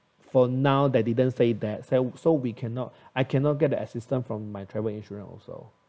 for now they didn't say that so so we cannot I cannot get assistance from my travel insurance though